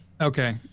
Okay